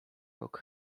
rok